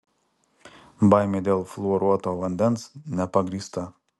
baimė dėl fluoruoto vandens nepagrįsta